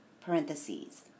parentheses